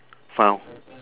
found